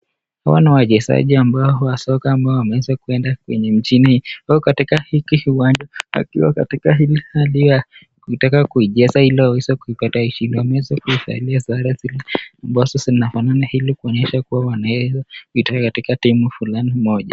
Hawa ni wachezaji ambao wasoka ambao wameweza kuenda kwenye nchini, wako katika hiki kiwanja wakiwa wanataka kuingia il waweze kupata heshima. Wameweza kuvalia sare ambazo zinafanana ili kuonyesha kuwa waeza kutoka katika timu fulani moja.